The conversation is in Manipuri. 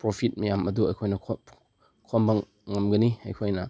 ꯄ꯭ꯔꯣꯐꯤꯠ ꯃꯌꯥꯝ ꯑꯗꯨ ꯑꯩꯈꯣꯏꯅ ꯈꯣꯝꯕ ꯉꯝꯒꯅꯤ ꯑꯩꯈꯣꯏꯅ